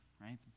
right